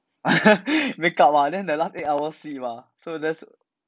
make up ah then the last eight hours sleep mah so just